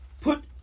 put